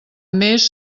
més